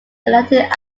elected